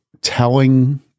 telling